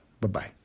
Bye-bye